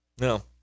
No